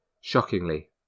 shockingly